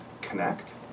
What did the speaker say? connect